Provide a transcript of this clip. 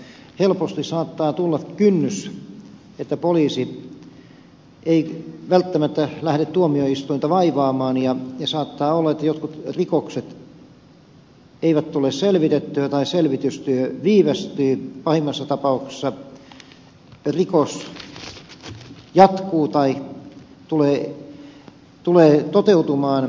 mutta helposti saattaa tulla kynnys että poliisi ei välttämättä lähde tuomioistuinta vaivaamaan ja saattaa olla että jotkut rikokset eivät tule selvitettyä tai selvitystyö viivästyy pahimmassa tapauksessa rikos jatkuu tai tulee toteutumaan